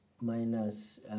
minus